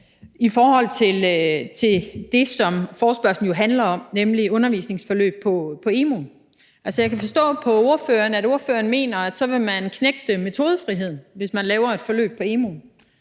i forhold til det, som forespørgslen jo handler om, nemlig undervisningsforløb på emu.dk. Altså, jeg kan forstå på ordføreren, at ordføreren mener, at man vil knægte metodefriheden, hvis man laver et forløb på